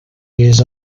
years